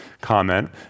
comment